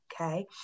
okay